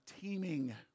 teeming